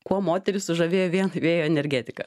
kuo moteris sužavėjo vien vėjo energetika